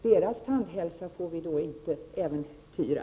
Deras tandhälsa får vi då inte äventyra.